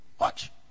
Watch